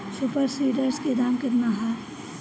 Super seeder के दाम केतना ह?